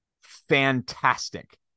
fantastic